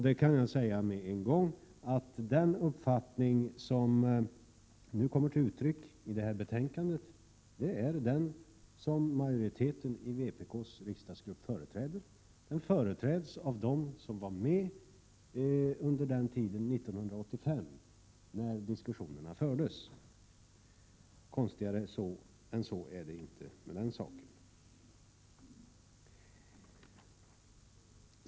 Jag kan säga med en gång att den uppfattning som nu kommer till uttryck i betänkandet är den som majoriteten i vpk:s riksdagsgrupp företräder. Den företräds av dem som var med när diskussionerna fördes 1985. Konstigare än så är det inte med den saken.